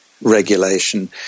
regulation